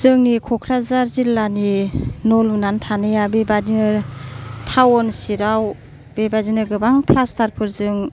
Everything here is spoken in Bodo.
जोंनि क'क्राझार जिल्लानि न' लुनानै थानाया बेबादिनो थाउन सेराव बे बिदिनो गोबां फ्लास्टारफोरजों